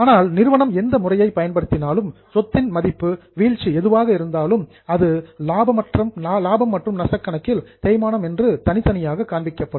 ஆனால் நிறுவனம் எந்த முறையை பயன்படுத்தினாலும் சொத்தின் மதிப்பு வீழ்ச்சி எதுவாக இருந்தாலும் அது புரோஃபிட் அண்ட் லாஸ் அக்கவுண்ட் லாபம் மற்றும் நஷ்ட கணக்கில் தேய்மானம் என்று செப்பரேட்லி தனித்தனியாக காண்பிக்கப்படும்